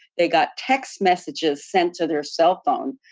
they got text messages sent to their cell phone.